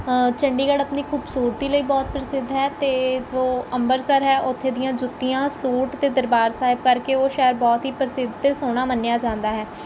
ਚੰਡੀਗੜ੍ਹ ਆਪਣੀ ਖੂਬਸੂਰਤੀ ਲਈ ਬਹੁਤ ਪ੍ਰਸਿੱਧ ਹੈ ਅਤੇ ਜੋ ਅੰਬਰਸਰ ਹੈ ਉੱਥੇ ਦੀਆਂ ਜੁੱਤੀਆਂ ਸੂਟ ਅਤੇ ਦਰਬਾਰ ਸਾਹਿਬ ਕਰਕੇ ਉਹ ਸ਼ਹਿਰ ਬਹੁਤ ਹੀ ਪ੍ਰਸਿੱਧ ਅਤੇ ਸੋਹਣਾ ਮੰਨਿਆ ਜਾਂਦਾ ਹੈ